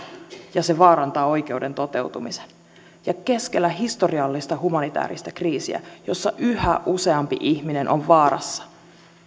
ja se vaarantaa oikeuden toteutumisen keskellä historiallista humanitääristä kriisiä jossa yhä useampi ihminen on vaarassa